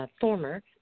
former